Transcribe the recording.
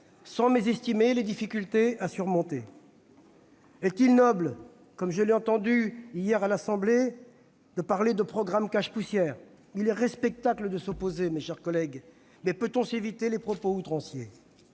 sans mésestimer les difficultés à surmonter. Est-il noble de parler, comme je l'ai entendu faire hier à l'Assemblée nationale, de programme « cache-poussière »? Il est respectable de s'opposer, mes chers collègues, mais on peut s'épargner les propos outranciers.